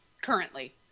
Currently